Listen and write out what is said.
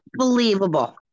unbelievable